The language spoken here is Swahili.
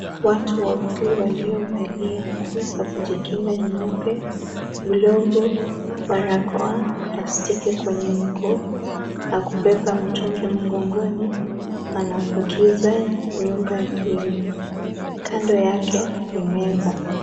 Watu wawili waliovaliwa nguo za kujikinga nyeupe, glovu, barakoa, plastiki kwenye mguu na kubeba mtungi mgongoni wanapokiza nyumba hili. Kando yake ni meza.